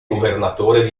governatore